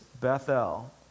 Bethel